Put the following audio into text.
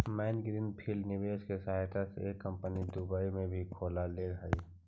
मैंने green field निवेश के सहायता से एक कंपनी दुबई में भी खोल लेके हइ